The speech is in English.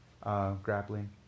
grappling